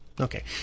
Okay